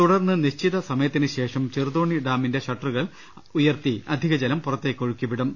തുടർന്ന് നിശ്ചിത സമയത്തിന് ശേഷം ചെറുതോണി ഡാമിന്റെ ഷട്ടറുകൾ ഉയർത്തി അധികജലം പുറത്തേക്കൊഴുക്കിവിടും